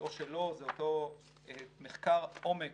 או שלא, זה אותו מחקר עומק